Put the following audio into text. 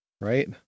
right